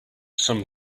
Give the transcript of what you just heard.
some